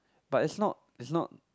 but is not is not